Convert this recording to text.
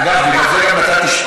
אגב, בגלל זה גם נתתי שפיל.